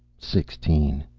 sixteen.